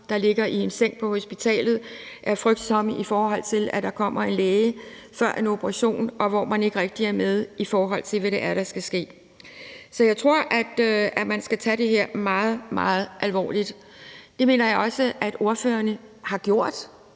der ligger i en seng på et hospital, frygter, at der kommer en læge før en operation, hvor de ikke rigtig er med, i forhold til hvad det er, der skal ske. Så jeg tror, at man skal tage det her meget, meget alvorligt. Det mener jeg også at ordførererne har gjort,